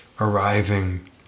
arriving